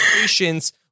patience